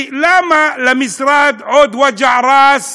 כי למה למשרד עוד וג'ע-ראס